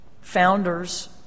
founders